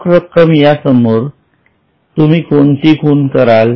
रोख रक्कम यासमोर तुम्ही कोणती खूण कराल